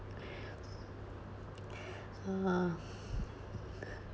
uh